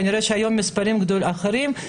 כנראה שהיום המספרים אחרים,